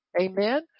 Amen